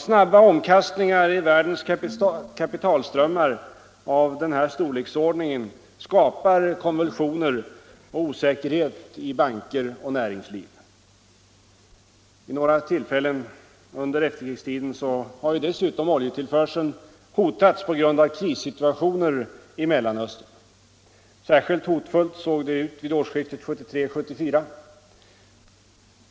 Snabba omkastningar i världens kapitalströmmar av den här storleksordningen skapar konvulsioner och osäkerhet i banker och näringsliv. Vid några tillfällen under efterkrigstiden har dessutom oljetillförseln hotats på grund av krissituationer i Mellanöstern. Särskilt hotfullt såg det ut vid årsskiftet 1973-1974.